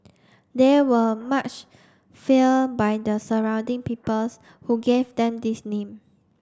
they were much feared by the surrounding peoples who gave them this name